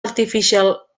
artificial